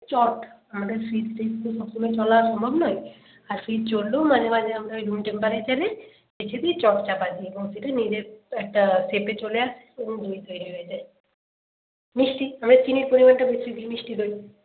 চট আমাদের ফ্রিজ ট্রিজ তো সব সময় চলা সম্ভব নয় আর ফ্রিজ চললেও মাঝে মাঝে আমরা ওই রুম টেম্পারেচারে রেখে দিই চট চাপা দিয়ে এবং সেটা নিজের তো একটা শেপে চলে আস দই তৈরি হয়ে যায় মিষ্টি আমরা চিনির পরিমাণটা বেশি দিই মিষ্টি দইয়ে